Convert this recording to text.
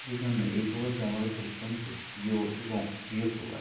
এই জন্য এই প্রবাদটি আমার কাছে অত্যন্ত প্রিয় এবং প্রিয় প্রবাদ